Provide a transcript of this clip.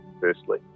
firstly